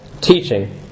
teaching